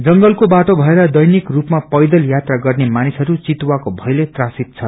जंगलको बाटो भएर दैनिक रूपमा पैदल यात्रा गत्रे मानिसहरू चितुवा को भयले त्रासित छन्